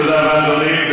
תודה רבה, אדוני.